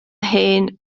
mhen